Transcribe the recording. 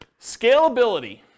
Scalability